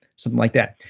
something like that.